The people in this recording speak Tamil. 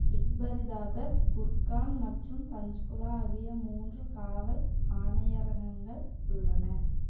இக்பரிதாபாத் குர்கான் மற்றும் பஞ்ச்குலா ஆகிய மூன்று காவல் ஆணையரகங்கள் உள்ளன